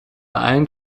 allen